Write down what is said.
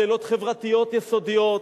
שאלות חברתיות יסודיות,